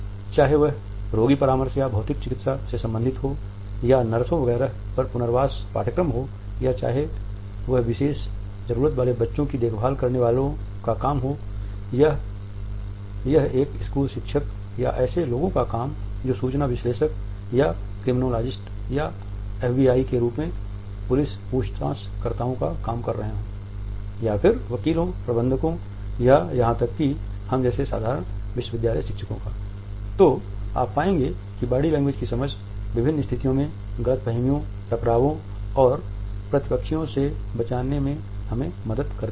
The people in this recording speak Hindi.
चाहे वह रोगी परामर्श या भौतिक चिकित्सा से संबंधित हो या नर्सों वगैरह पर पुनर्वास पाठ्यक्रम या चाहे वह विशेष ज़रूरतों वाले बच्चों की देखभाल करने वालो का काम हो या यह एक स्कूल शिक्षक या ऐसे लोगों का काम जो सूचना विश्लेषक या क्रिमिनोलॉजिस्ट या एफबीआई के रूप में पुलिस पूछताछकर्ताओं काम कर रहे हों या फिर वकीलों प्रबंधकों या यहां तक कि हम जैसे साधारण विश्वविद्यालय शिक्षकोंतो आप पाएंगे कि बॉडी लैंग्वेज की समझ विभिन्न स्थितियों में गलतफहमियों टकरावों और प्रतिपक्षियो से बचने में हमारी मदद करती है